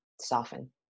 soften